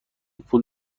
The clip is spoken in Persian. پول